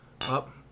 Up